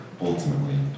ultimately